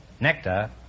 nectar